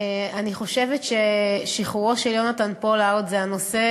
אני חושבת ששחרורו של יונתן פולארד זה הנושא